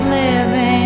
living